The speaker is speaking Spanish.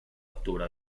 octubre